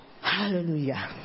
hallelujah